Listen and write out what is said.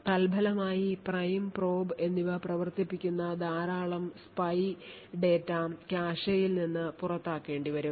തൽഫലമായി prime probe എന്നിവ പ്രവർത്തിപ്പിക്കുന്ന ധാരാളം സ്പൈ ഡാറ്റ കാഷെയിൽ നിന്ന് പുറത്താക്കേണ്ടി വരും